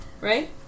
Right